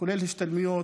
כולל השתלמויות,